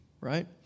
right